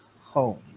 home